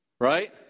Right